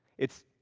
it's,